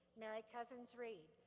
mary-coussons read,